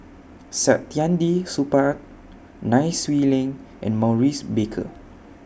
Saktiandi Supaat Nai Swee Leng and Maurice Baker